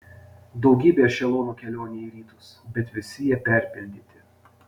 daugybė ešelonų kelionei į rytus bet visi jie perpildyti